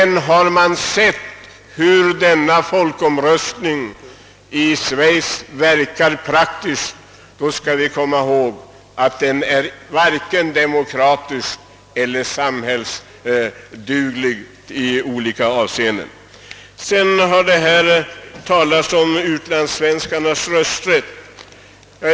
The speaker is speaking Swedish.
När vi sett hur denna folkomröstning i Schweiz verkar praktiskt, kommer . vi inte ifrån att den varken är demokratisk eller samhällsduglig i olika avseenden. Det har här talats om utlandssvenskarnas rösträtt.